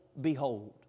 Behold